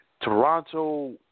Toronto